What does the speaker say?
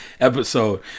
episode